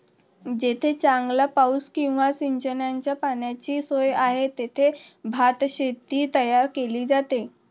जेथे चांगला पाऊस किंवा सिंचनाच्या पाण्याची सोय आहे, तेथे भातशेती तयार केली जाते